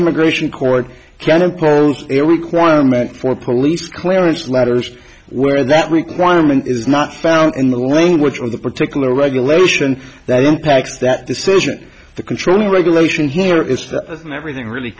immigration court can impose a requirement for police clearance letters where that requirement is not found in the language of the particular regulation that impacts that decision the controlling regulation here is for everything really